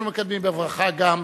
אנחנו מקדמים בברכה גם